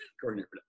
coordinator